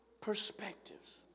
perspectives